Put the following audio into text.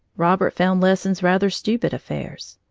robert found lessons rather stupid affairs.